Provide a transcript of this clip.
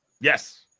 yes